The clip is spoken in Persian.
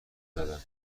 زدن